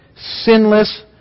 sinless